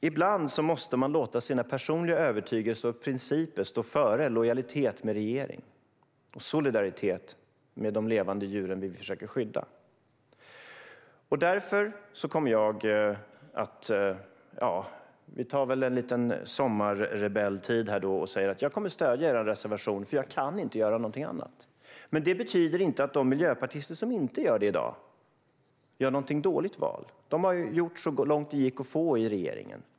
Ibland måste man låta sina personliga övertygelser och principer stå före lojalitet med en regering och i solidaritet med de levande djuren vi försöker skydda. Vi tar väl en liten sommarrebelltid här i och med att jag säger: Jag kommer att stödja er reservation, för jag kan inte göra någonting annat. Men det betyder inte att de miljöpartister som inte gör det i dag gör ett dåligt val. De har gjort så långt det gick i regeringen.